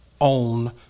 own